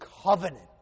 covenant